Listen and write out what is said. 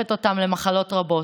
שחושפת אותם למחלות רבות.